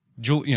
jule,